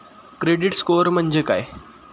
Credit score म्हणजे काय?